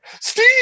Steve